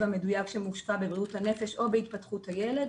המדויק שמושקע בבריאות הנפש או בהתפתחות הילד.